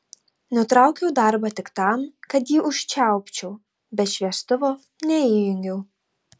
nutraukiau darbą tik tam kad jį užčiaupčiau bet šviestuvo neįjungiau